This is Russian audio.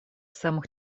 самых